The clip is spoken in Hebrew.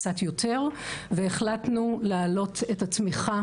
קצת יותר והחלטנו להעלות את התמיכה,